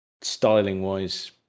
styling-wise